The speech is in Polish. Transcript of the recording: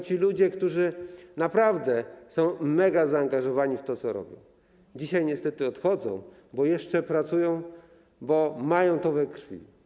Ci ludzie, którzy naprawdę są megazaangażowani w to, co robią, dzisiaj niestety odchodzą, bo jeszcze pracują, bo mają to we krwi.